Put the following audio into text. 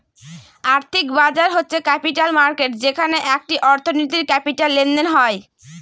আর্থিক বাজার হচ্ছে ক্যাপিটাল মার্কেট যেখানে একটি অর্থনীতির ক্যাপিটাল লেনদেন হয়